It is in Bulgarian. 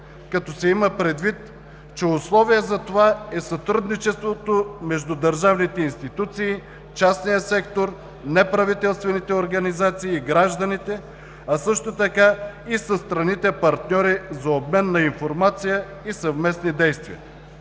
Като се има предвид, че условие за това е сътрудничеството между държавните институции, частният сектор, неправителствените организации и гражданите, а също така и със страните партньори за обмен на информация и съвместни действия,